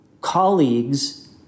colleagues